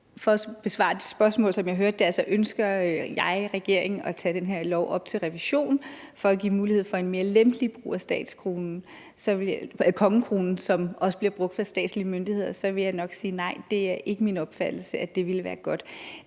For at besvare dit spørgsmål, som jeg hørte det, altså om jeg og regeringen ønsker at tage den her lov op til revision for at give mulighed for en mere lempelig brug af kongekronen, som også bliver brugt af statslige myndigheder, vil jeg nok sige: Nej, det er ikke min opfattelse, at det ville være godt.